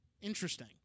Interesting